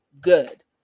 good